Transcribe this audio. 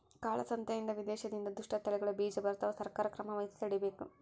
ಕಾಳ ಸಂತೆಯಿಂದ ವಿದೇಶದಿಂದ ದುಷ್ಟ ತಳಿಗಳ ಬೀಜ ಬರ್ತವ ಸರ್ಕಾರ ಕ್ರಮವಹಿಸಿ ತಡೀಬೇಕು